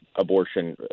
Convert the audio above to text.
abortion